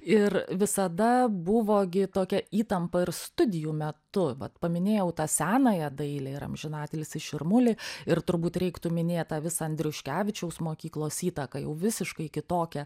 ir visada buvo gi tokia įtampa ir studijų metu va paminėjau tą senąją dailę ir amžinatilsį širmulį ir turbūt reiktų minėt tą visą andriuškevičiaus mokyklos įtaką jau visiškai kitokią